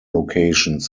locations